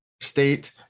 state